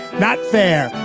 not fair.